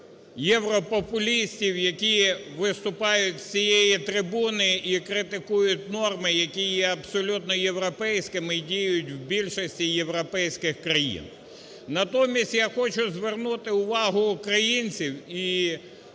європопулістів, які виступають з цієї трибуни і критикують норми, які є абсолютно європейськими і діють в більшості європейських країн. Натомість я хочу звернути увагу українців і присутніх